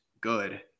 good